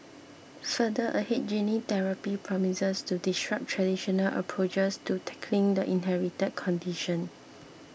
further ahead gene therapy promises to disrupt traditional approaches to tackling the inherited condition